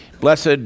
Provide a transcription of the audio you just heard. blessed